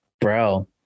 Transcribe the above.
bro